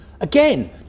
Again